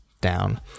down